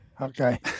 Okay